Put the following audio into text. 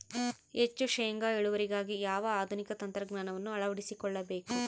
ಹೆಚ್ಚು ಶೇಂಗಾ ಇಳುವರಿಗಾಗಿ ಯಾವ ಆಧುನಿಕ ತಂತ್ರಜ್ಞಾನವನ್ನು ಅಳವಡಿಸಿಕೊಳ್ಳಬೇಕು?